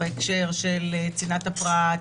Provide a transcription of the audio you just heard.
בהקשר של צנעת הפרט,